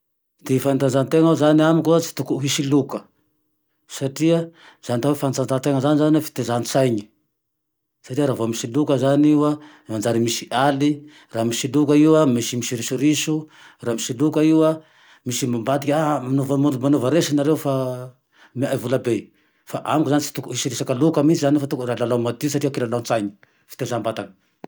Ty fanatanjahantena zane amiko tsy tokony hisy loka satria zane atao fanatanjahatena zao zane titezan-tsaine, satria raha vô misy loka zane io a, manjary misy aly, raha misy loka io an, misy risoriso, raha misy loka io an misy mambadiky hoe aha manaova resy nareo fa omeay vola be, fa amiko zane tsy tokony hisy resaky loka mihintsiny zane fa tokony lalao madio satria kilalao-tsaine, fitezam-batane